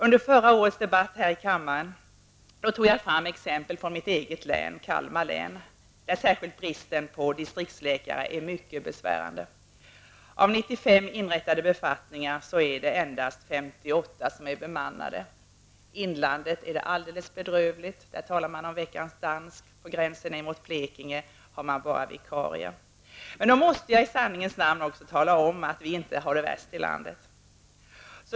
Under förra årets debatt i kammaren tog jag fram exempel från mitt eget län -- Kalmar län -- där särskilt bristen på distriktsläkare är besvärande. Av 95 inrättade befattningar är endast 58 bemannade. I inlandet är det alldeles bedrövligt. Där talar man om ''veckans dansk''. På gränsen mot Blekinge finns det bara vikarier. Då måste jag i sanningens namn tala om att vi i Kalmar län inte har det värst i landet.